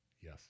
Yes